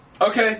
Okay